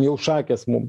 jau šakės mum